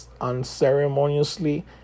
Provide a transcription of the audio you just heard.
unceremoniously